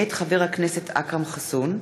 מאת חבר הכנסת אכרם חסון,